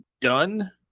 done